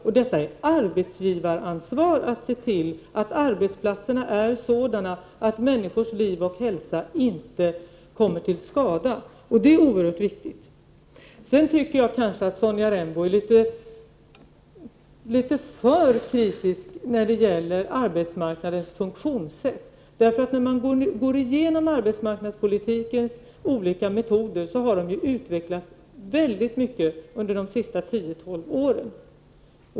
Och det är ett arbetsgivaransvar att se till att arbetsplatserna är sådana att människors liv och hälsa inte kommer till skada. Sedan tycker jag att Sonja Rembo är litet för kritisk när det gäller arbetsmarknadens funktionssätt. När man går igenom arbetsmarknadspolitikens olika metoder, finner man att de har utvecklats mycket under de senaste tio, tolv åren.